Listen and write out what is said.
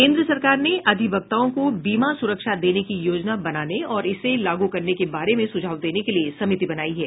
केन्द्र सरकार ने अधिवक्ताओं को बीमा सुरक्षा देने की योजना बनाने और इसे लागू करने के बारे में सुझाव देने के लिए समिति बनाई है